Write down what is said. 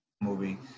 movie